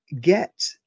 get